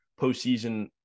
postseason